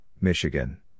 Michigan